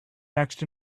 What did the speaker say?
next